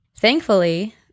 Thankfully